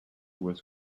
was